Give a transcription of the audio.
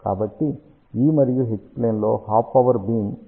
కాబట్టి E మరియు H plane లో హాఫ్ పవర్ బీమ్ 8